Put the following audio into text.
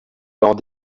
lors